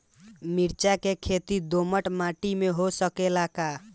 मिर्चा के खेती दोमट माटी में हो सकेला का?